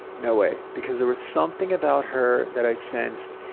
no way. because there was something about her that i sensed,